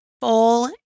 full